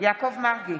יעקב מרגי,